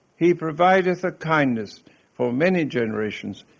he provideth a kindness for many generations,